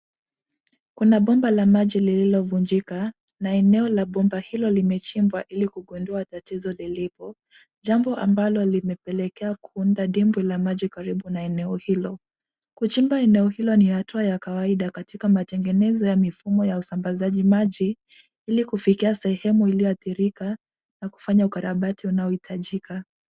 Kuna bomba la maji lililovunjika na eneo la bomba hilo limechimbwa ili kugundua tatizo lilipo. Jambo ambalo limepelekea kuunda dibwi katika eneo hilo .Kuchimba eneo hilo ni hatua ya kawaida katika mategenezo ya mifumo ya utegenezaji maji ili kufikia sehemu iliyoadhirika na kufanya ukarabati unaoitajika.